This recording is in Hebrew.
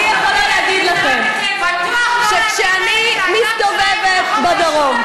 אני יכול להגיד לכם שכשאני מסתובבת בדרום,